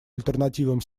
альтернативам